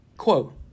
Quote